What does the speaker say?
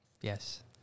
Yes